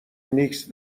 نیکز